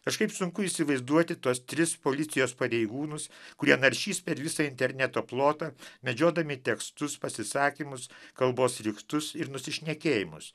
kažkaip sunku įsivaizduoti tuos tris policijos pareigūnus kurie naršys per visą interneto plotą medžiodami tekstus pasisakymus kalbos riktus ir nusišnekėjimus